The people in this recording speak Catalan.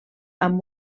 amb